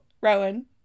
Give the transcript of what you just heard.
Rowan